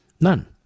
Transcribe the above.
None